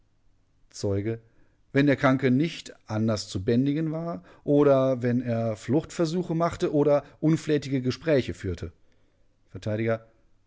zeuge wenn der kranke nicht anders zu bändigen war oder wenn er fluchtversuche machte oder unflätige gespräche führte